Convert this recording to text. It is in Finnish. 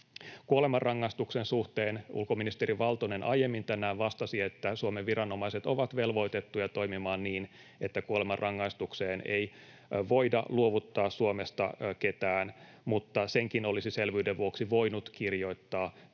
Kuolemanrangaistuksen suhteen ulkoministeri Valtonen aiemmin tänään vastasi, että Suomen viranomaiset ovat velvoitettuja toimimaan niin, että kuolemanrangaistukseen ei voida luovuttaa Suomesta ketään, mutta senkin olisi selvyyden vuoksi voinut kirjoittaa tähän